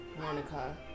Monica